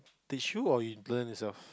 teach you or you learn yourself